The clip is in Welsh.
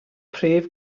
prif